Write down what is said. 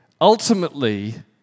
ultimately